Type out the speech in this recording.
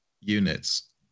units